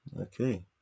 Okay